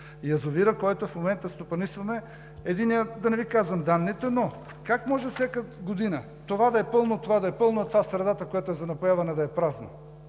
Язовирът, който в момента стопанисваме – единият, да не Ви казвам данните, но как може всяка година това да е пълно, това да е пълно, а това в средата, което е за напояване, да е празно?